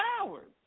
hours